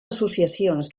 associacions